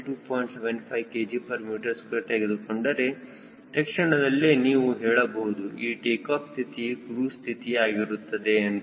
75 kgm2 ತೆಗೆದುಕೊಂಡರೆ ತಕ್ಷಣದಲ್ಲೇ ನೀವು ಹೇಳಬಹುದು ಈ ಟೇಕಾಫ್ ಸ್ಥಿತಿ ಕ್ರೂಜ್ ಸ್ಥಿತಿ ಆಗಿರುತ್ತದೆ ಎಂದು